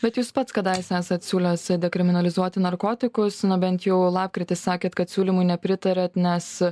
bet jūs pats kadaise esat siūlęs dekriminalizuoti narkotikus na bent jau lapkritį sakėt kad siūlymui nepritariat nes